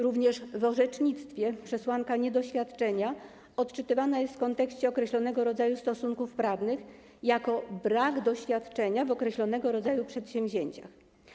Również w orzecznictwie przesłanka niedoświadczenia odczytywana jest w kontekście określonego rodzaju stosunków prawnych jako brak doświadczenia w określonego rodzaju przedsięwzięciach.